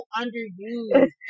underused